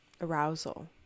arousal